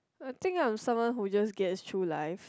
I think I'm someone who just get through life